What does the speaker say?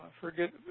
forget